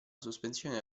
sospensione